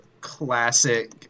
classic